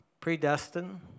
predestined